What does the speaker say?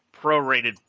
prorated